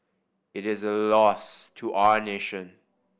it is a loss to our nation